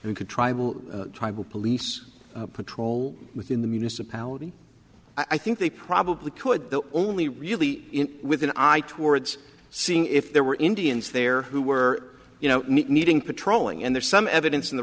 can tribal tribal police patrol within the municipality i think they probably could only really with an eye towards seeing if there were indians there who were you know needing patrolling and there's some evidence in the